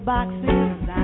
Boxes